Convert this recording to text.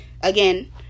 again